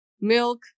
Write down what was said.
Milk